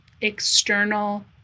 external